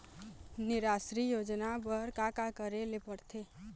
निराश्री योजना बर का का करे ले पड़ते?